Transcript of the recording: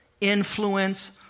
influence